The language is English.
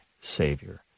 Savior